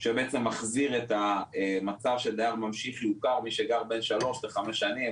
שבעצם מחזיר את המצב של דייר ממשיך מוכר ושגר בין שלוש לחמש שנים,